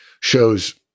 shows